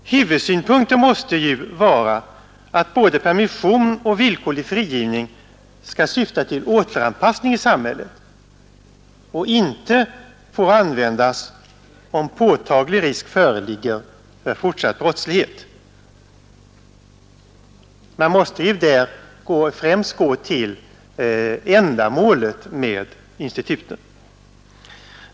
Huvudsynpunkten måste vara att både permission och villkorlig frigivning skall syfta till återanpassning i samhället och inte får användas om påtaglig risk föreligger för fortsatt brottslighet. Man måste där främst se till ändamålet med instituten.